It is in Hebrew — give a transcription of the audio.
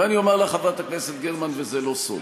ואני אומר לך, חברת הכנסת גרמן, וזה לא סוד,